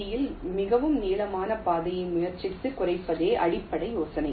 ஜியில் மிக நீளமான பாதையை முயற்சித்து குறைப்பதே அடிப்படை யோசனை